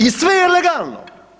I sve je legalno.